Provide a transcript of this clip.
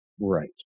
right